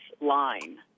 line